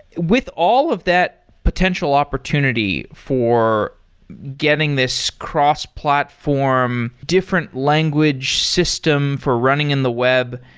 with all of that potential opportunity for getting this cross-platform different language system for running in the web,